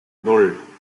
nan